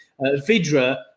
Vidra